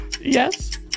Yes